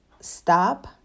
stop